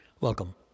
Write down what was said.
Welcome